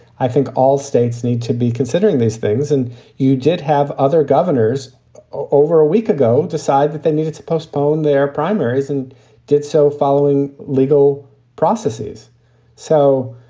i think all states need to be considering these things. and you did have other governors over a week ago decide that they needed to postpone their primaries and did so following legal processes so,